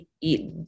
eat